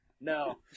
No